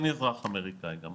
אני אזרח אמריקאי גם,